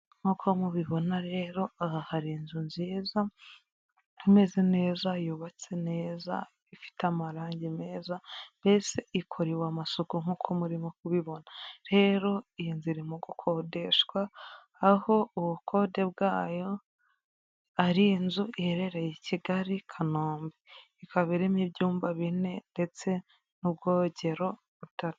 Nk'uko mubibona rero aha hari inzu nziza, imeze neza, yubatse neza, ifite amarangi meza mbese ikorewe amasuku nk'uko murimo kubibona, rero iyo nzu irimo gukodeshwa, aho ubukode bwayo ari inzu iherereye i Kigali Kanombe, ikaba irimo ibyumba bine ndetse n'ubwogero butatu.